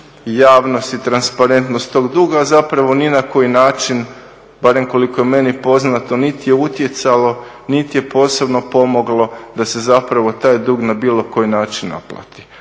i javnost i transparentnost tog duga, a zapravo ni na koji način barem koliko je meni poznato niti je utjecalo, niti je posebno pomoglo da se zapravo taj dug na bilo koji način naplati.